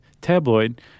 tabloid